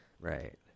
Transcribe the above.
Right